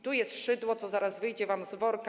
Tu jest szydło, co zaraz wyjdzie wam z worka.